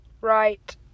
Right